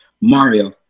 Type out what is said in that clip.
Mario